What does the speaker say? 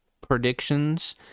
predictions